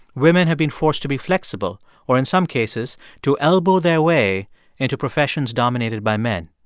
women have been forced to be flexible, or, in some cases, to elbow their way into professions dominated by men.